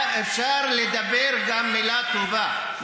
אפשר לדבר גם מילה טובה.